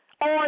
on